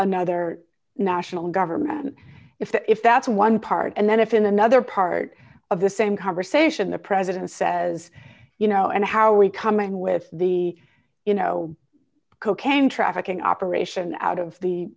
another national government if that's one part and then if in another part of the same conversation the president says you know and how we come in with the you know cocaine trafficking operation out of the